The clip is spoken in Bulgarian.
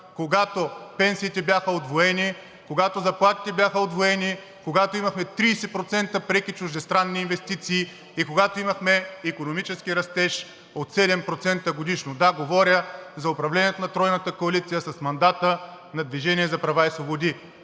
когато пенсиите бяха удвоени, когато заплатите бяха удвоени, когато имахме 30% преки чуждестранни инвестиции и имахме икономически растеж от 7% годишно. Да, говоря за управлението на Тройната коалиция с мандата на „Движение за права и свободи“.